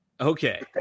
Okay